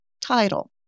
Title